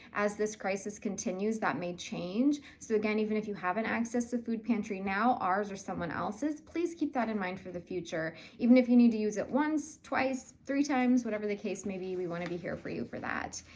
as this crisis continues that may change. so again, even if you haven't accessed the food pantry now, ours or someone else's, please keep that in mind for the future. even if you need to use it once, twice, three times, whatever the case may be, we want to be here for you for that.